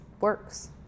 works